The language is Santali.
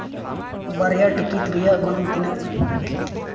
ᱵᱟᱨᱭᱟ ᱴᱤᱠᱤᱴ ᱨᱮᱭᱟᱜ ᱜᱚᱱᱚᱝ ᱛᱤᱱᱟᱹᱜ